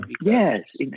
Yes